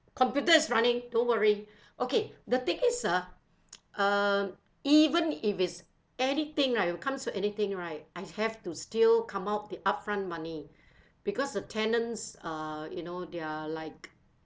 computer is running don't worry okay the thing is uh uh even if it is anything right it'll comes with anything right I have to still come out the upfront money because the tenants uh you know they're like